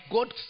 God